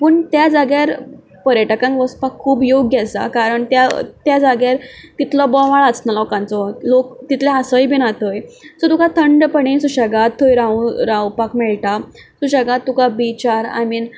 पूण त्या जाग्यार पर्यटकान वचपाक खूब योग्य आसा कारण त्या जाग्यार तितलो बोवाळ आसना लोकांचो लोक तितलो आसय बी ना थंय सो तुका थंड पणांत सुशेगाद थंय रावूंक थंय रावपाक मेळटा सुशेगाद तुका बिचार